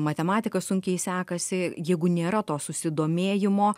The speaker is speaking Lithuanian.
matematika sunkiai sekasi jeigu nėra to susidomėjimo